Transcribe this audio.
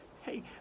Hey